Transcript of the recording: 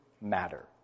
matter